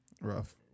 Rough